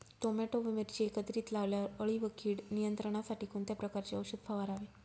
Tomato व मिरची एकत्रित लावल्यावर अळी व कीड नियंत्रणासाठी कोणत्या प्रकारचे औषध फवारावे?